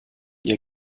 ihr